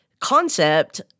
concept